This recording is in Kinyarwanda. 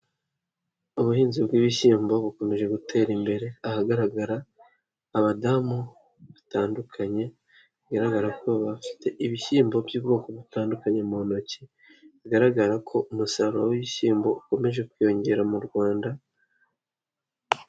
Ubuhinzi bw'ibishyimbo bukomeje gutera imbere, ahagaragara abadamu batandukanye bigaragara ko bafite ibishyimbo by'ubwoko butandukanye mu ntoki, bigaragara ko umusaruro w'ibishyimbo ukomeje kwiyongera mu Rwanda.